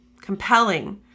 compelling